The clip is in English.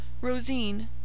Rosine